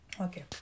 Okay